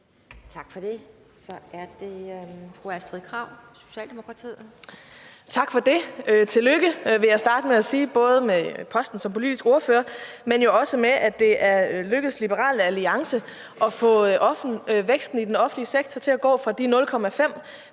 15:04 Astrid Krag (S): Tak for det. Jeg vil starte med at sige tillykke både med posten som politisk ordfører, men også med, at det er lykkedes Liberal Alliance at få væksten i den offentlige sektor til at gå fra de 0,5